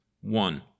One